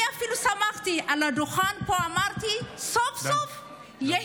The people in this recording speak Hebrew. אני אפילו שמחתי, אמרתי פה על הדוכן: